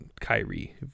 Kyrie